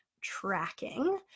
tracking